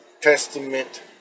Testament